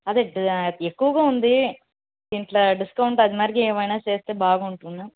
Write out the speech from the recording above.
అదే ఎక్కువగా ఉంది దీనిలో డిస్కౌంట్ అదిమారిగా ఏమైనా చేస్తే బాగుంటుంది